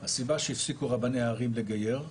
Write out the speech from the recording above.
כי הרי אני יודע שזה לא יעבור ואסור לגעת בזה,